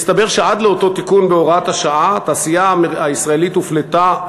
מסתבר שעד לאותו תיקון בהוראת השעה התעשייה הישראלית הופלתה